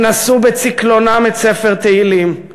הם נשאו בצקלונם את ספר תהילים,